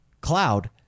cloud